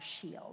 shield